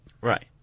Right